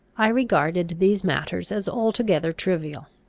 i regarded these matters as altogether trivial.